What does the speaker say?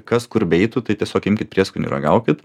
kas kur beeitų tai tiesiog imkit prieskonių ir ragaukit